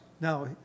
Now